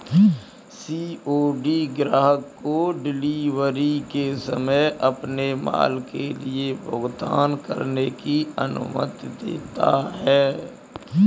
COD ग्राहक को delivery के समय अपने माल के लिए भुगतान करने की अनुमति देता है